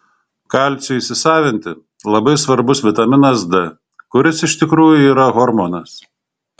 kalciui įsisavinti labai svarbus vitaminas d kuris iš tikrųjų yra hormonas